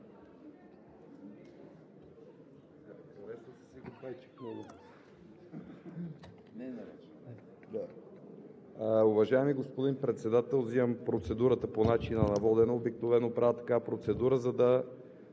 Уважаеми господин Председател, взимам процедурата по начина на водене. Обикновено правя такава процедура, за да